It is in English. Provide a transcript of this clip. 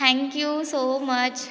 thank you so much